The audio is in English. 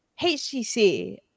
HTC